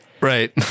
Right